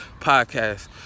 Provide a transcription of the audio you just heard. podcast